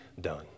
done